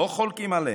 לא חולקים עליהן.